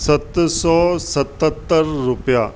सत सौ सतहतरि रुपया